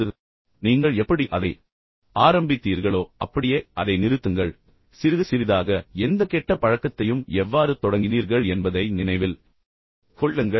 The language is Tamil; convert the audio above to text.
பதில் என்னவென்றால் நீங்கள் எப்படி அதை ஆரம்பித்தீர்களோ அப்படியே அதை நிறுத்துங்கள் சிறிய துண்டுகளாக நீங்கள் எந்த கெட்ட பழக்கத்தையும் எவ்வாறு தொடங்கினீர்கள் என்பதை நினைவில் கொள்ளுங்கள்